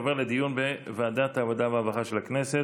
הנושא עובר לדיון בוועדת עבודה ורווחה של הכנסת.